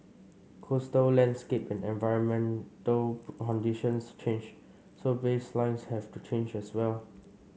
coastal landscape and environmental conditions change so baselines have to change as well